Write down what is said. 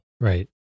Right